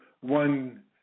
one